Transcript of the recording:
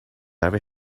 every